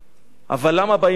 אבל למה באים אל החרדים?